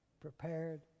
prepared